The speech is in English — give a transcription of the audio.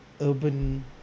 Urban